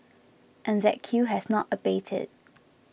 and that queue has not abated